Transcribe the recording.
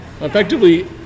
Effectively